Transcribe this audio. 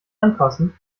anfassen